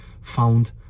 found